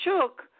shook